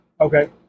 Okay